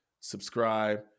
subscribe